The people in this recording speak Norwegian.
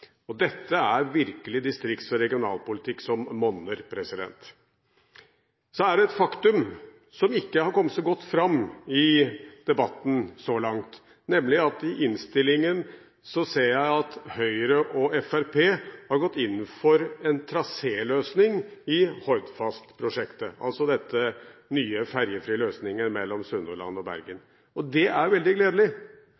Stavanger–Bergen. Dette er virkelig distrikts- og regionalpolitikk som monner. Så er det et faktum som ikke har kommet så godt fram i debatten så langt, nemlig at i innstillingen ser jeg at Høyre og Fremskrittspartiet har gått inn for en traséløsning i Hordfast-prosjektet, denne nye ferjefrie løsningen mellom Sunnhordland og Bergen.